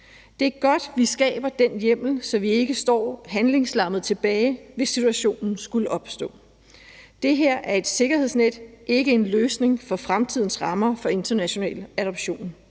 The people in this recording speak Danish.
Det er godt, at vi skaber den hjemmel, så vi ikke står handlingslammede tilbage, hvis situationen skulle opstå. Det her er et sikkerhedsnet, ikke en løsning for fremtidens rammer for international adoption.